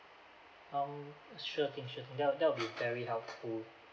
um sure okay sure that that'll be very helpful